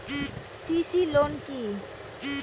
CC loan কি?